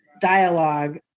dialogue